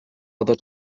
other